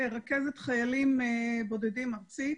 רכזת חיילים בודדים ארצית.